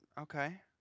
Okay